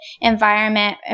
environment